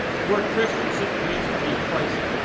the word christian simply means to be christ,